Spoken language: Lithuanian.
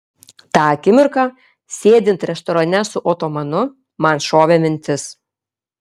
tą akimirką sėdint restorane su otomanu man šovė mintis